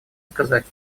сказать